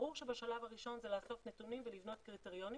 ברור שבשלב הראשון זה לאסוף נתונים ולבנות קריטריונים